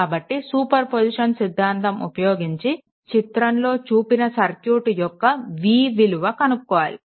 కాబట్టి superposition సిద్ధాంతం ఉపయోగించి చిత్రంలో చూపిన సర్క్యూట్ యొక్క v విలువ కనుక్కోవాలి